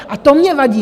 A to mně vadí.